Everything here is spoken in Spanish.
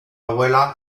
abuela